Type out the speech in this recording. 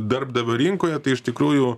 darbdavio rinkoje tai iš tikrųjų